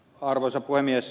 arvoisa puhemies